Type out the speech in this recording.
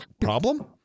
problem